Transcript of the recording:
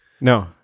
no